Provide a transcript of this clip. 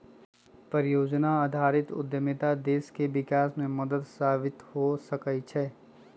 परिजोजना आधारित उद्यमिता देश के विकास में मदद साबित हो सकइ छै